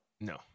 No